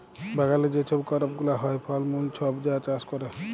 বাগালে যে ছব করপ গুলা হ্যয়, ফল মূল ছব যা চাষ ক্যরে